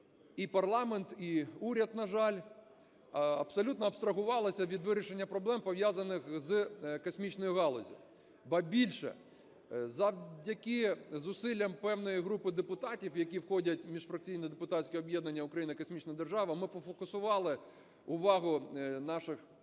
і парламент, і уряд, на жаль, абсолютно абстрагувалися від вирішення проблем, пов'язаних з космічною галуззю. Ба більше, завдяки зусиллям певної групи депутатів, які входять в міжфракційне депутатське об'єднання "Україна – космічна держава", ми фокусували увагу наших урядовців